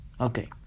okay